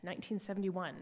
1971